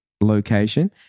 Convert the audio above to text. location